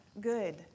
good